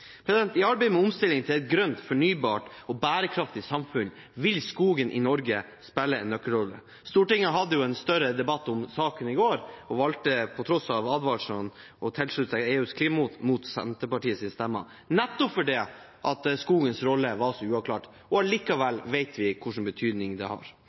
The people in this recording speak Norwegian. I arbeidet med omstilling til et grønt, fornybart og bærekraftig samfunn vil skogen i Norge spille en nøkkelrolle. Stortinget hadde jo en større debatt om temaet i går og valgte – på tross av advarslene – å tilslutte seg en avtale med EU. Senterpartiet stemte imot, nettopp fordi skogens rolle var så uavklart. Likevel vet vi hvilken betydning det har.